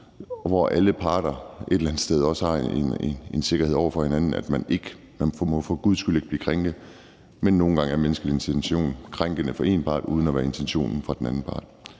hvor alle parter et eller andet sted også har en sikkerhed over for hinanden. Man må for guds skyld ikke blive krænket, men nogle gange er et menneskes handling krænkende for én part, uden at det var intentionen fra den anden parts